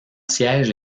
siège